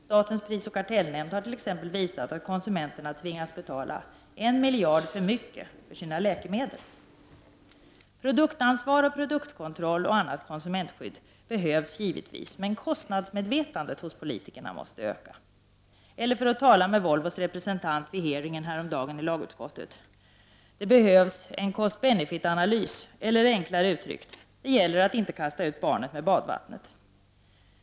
Statens prisoch kartellnämnd har t.ex. visat att konsumenterna tvingas betala 1 miljard kronor för mycket för sina läkemedel. Produktansvar, produktkontroll och annat konsumentskydd behövs givetvis, men kostnadsmedvetandet hos politikerna måste öka. Eller för att tala med Volvos representant vid hearingen häromdagen i lagutskot tet: det behövs en ”cost/benefit-analys”, eller enklare uttryckt: man skall inte kasta ut barnet med badvattnet.